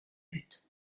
buts